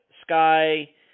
Sky